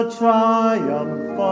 triumph